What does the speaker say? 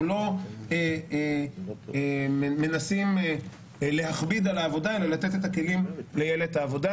לא מנסים להכביד על העבודה אלא לתת את הכלים ליעל אותה.